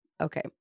Okay